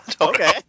Okay